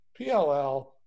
PLL